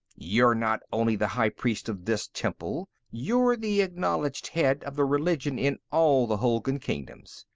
you're not only the high priest of this temple, you're the acknowledged head of the religion in all the hulgun kingdoms.